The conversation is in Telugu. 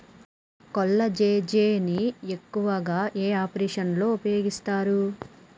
కొల్లాజెజేని ను ఎక్కువగా ఏ ఆపరేషన్లలో ఉపయోగిస్తారు?